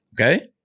Okay